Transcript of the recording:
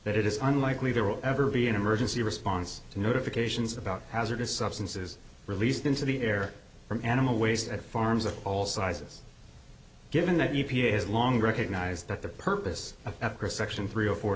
that it is unlikely there will ever be an emergency response to notifications about hazardous substances released into the air from animal waste and farms of all sizes given that u p a has long recognized that the purpose of section three or four